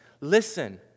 listen